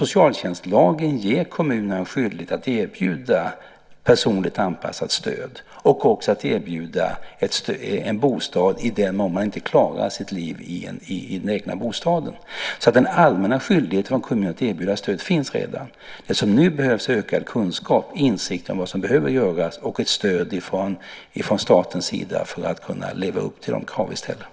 Socialtjänstlagen ger kommunerna en skyldighet att erbjuda personligt anpassat stöd och att även erbjuda en bostad i den mån någon inte klarar sitt liv i den egna bostaden. Den allmänna skyldigheten för kommunerna att erbjuda stöd finns alltså redan. Det som nu behövs är ökad kunskap, insikt om vad som behöver göras och ett stöd från statens sida för att kunna leva upp till de krav som vi ställer.